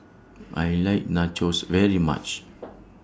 I like Nachos very much